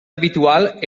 habitual